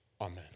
Amen